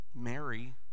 Mary